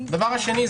דבר שני,